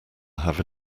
have